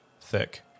thick